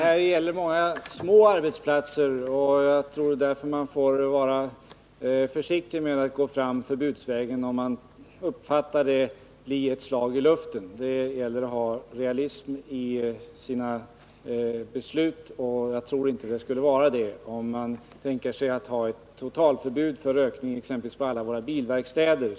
Herr talman! Vi måste ta med i beräkningen att vi också har många mycket små arbetsplatser. Därför bör vi vara försiktiga med att gå fram förbudsvägen så att en sådan åtgärd inte uppfattas som ett slag i luften. Det gäller att ha realism bakom besluten, och jag tror inte att ett totalförbud skulle vara realistiskt exempelvis för alla våra bilverkstäder.